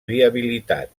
viabilitat